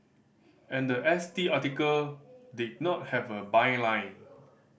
and the S T article did not have a byline